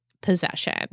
possession